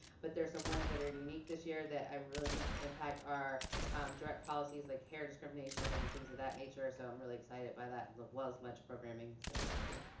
but there's some ones that are unique this year that i really think impact our drug policies like hair discrimination and things of that nature. so i'm really excited by that law was lunch programming. so thank you.